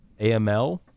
AML